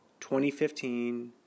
2015